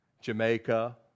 Jamaica